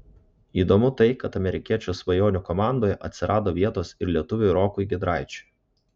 įdomu tai kad amerikiečio svajonių komandoje atsirado vietos ir lietuviui rokui giedraičiui